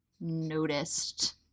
noticed